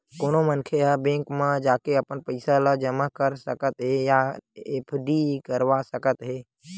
कोनो मनखे ह बेंक म जाके अपन पइसा ल जमा कर सकत हे या एफडी करवा सकत हे